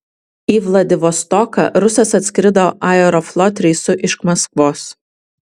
į vladivostoką rusas atskrido aeroflot reisu iš maskvos